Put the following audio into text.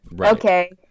okay